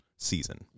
season